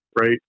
right